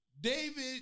David